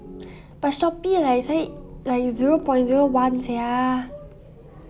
but Shopee like 才 like zero point zero one sia